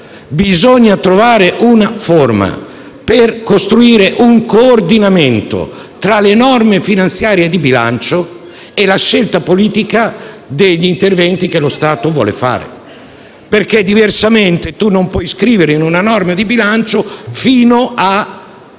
Bisogna trovare una forma per costruire un coordinamento tra le normative finanziarie e di bilancio e la scelta politica degli interventi che lo Stato vuole compiere. Non si può infatti scrivere in una norma di bilancio «fino